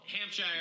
Hampshire